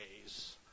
days